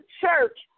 church